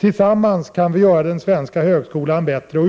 Tillsammans kan vi göra den svenska högskolan bättre.